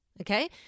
okay